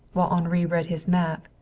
while henri read his map,